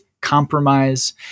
compromise